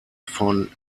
von